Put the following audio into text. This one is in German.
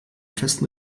festen